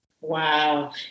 Wow